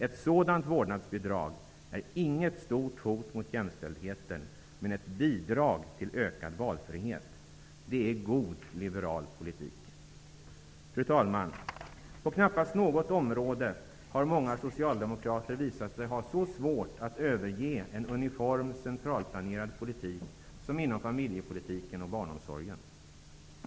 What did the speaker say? Ett sådant vårdnadsbidrag är inget stort hot mot jämställdheten, men ett bidrag till ökad valfrihet. Det är god liberal politik. Fru talman! På knappast något område har många socialdemokrater visat sig ha så svårt att överge en uniform centralplanerad politik som inom familjepolitiken och barnomsorgen.